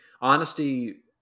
honesty